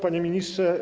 Panie Ministrze!